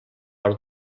per